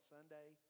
Sunday